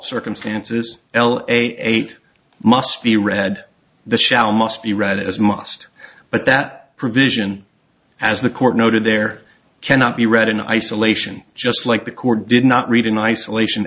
circumstances l a eight must be read the shall must be read as must but that provision as the court noted there cannot be read in isolation just like the court did not read in isolation